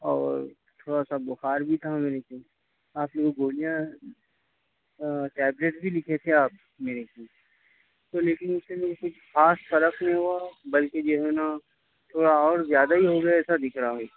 اور تھوڑا سا بخار بھی تھا میرے کو آپ جو گولیاں ٹیبلیٹ بھی لکھے تھے آپ میرے کو تو لیکن اس سے میرے کو کچھ خاص فرق نہیں ہوا بلکہ جو ہے نا تھوڑا اور زیادہ ہی ہو گیا ایسا دکھ رہا میرے کو